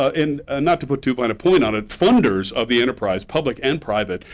and not to put too fine a point on it, funders of the enterprise, public and private,